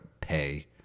pay